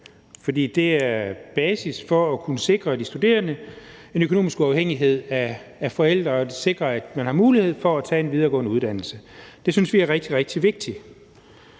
for det er basis for at kunne sikre de studerende en økonomisk uafhængighed af deres forældre og sikre, at man har mulighed for at tage en videregående uddannelse. Det synes vi er rigtig, rigtig vigtigt.